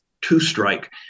Two-Strike